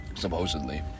supposedly